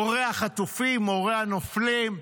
הורי החטופים, הורי הנופלים.